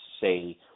say